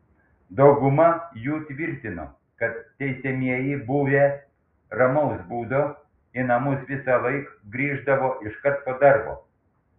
dauguma jų tvirtino kad teisiamieji buvę ramaus būdo į namus visąlaik grįždavo iškart po darbo